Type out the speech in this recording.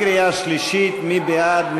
קריאה שלישית, מי בעד?